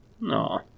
No